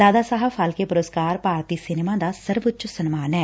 ਦਾਦਾ ਸਾਹਿਬ ਫਾਲਕੇ ਪੁਰਸਕਾਰ ਭਾਰਤੀ ਸਿਨੇਮਾ ਦਾ ਸਰਵਉੱਚ ਸਨਮਾਨ ਐ